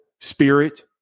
spirit